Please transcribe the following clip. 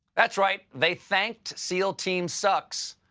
that's right. they thanked seal team sucks,